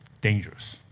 dangerous